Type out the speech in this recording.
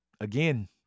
again